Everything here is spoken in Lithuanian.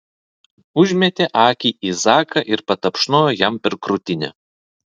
užmetė akį į zaką ir patapšnojo jam per krūtinę